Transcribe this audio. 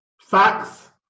Facts